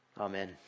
Amen